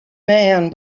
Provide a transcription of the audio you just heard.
man